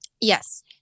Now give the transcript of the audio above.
Yes